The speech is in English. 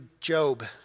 Job